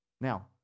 Now